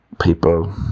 people